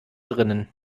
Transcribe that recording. drinnen